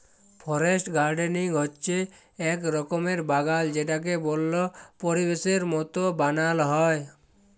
forest gardening হচ্যে এক রকমের বাগাল যেটাকে বল্য পরিবেশের মত বানাল হ্যয়